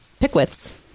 Pickwits